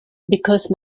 because